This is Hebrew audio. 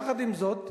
יחד עם זאת,